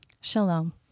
Shalom